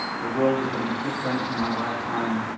the world is going to be different in my lifetime.